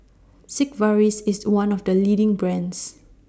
Sigvaris IS one of The leading brands